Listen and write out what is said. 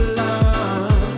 love